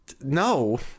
no